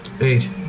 eight